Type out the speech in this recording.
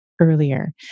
earlier